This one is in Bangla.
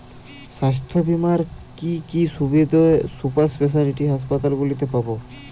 স্বাস্থ্য বীমার কি কি সুবিধে সুপার স্পেশালিটি হাসপাতালগুলিতে পাব?